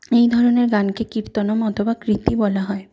এই ধরনের গানকে কীর্তনম অথবা কৃতি বলা হয়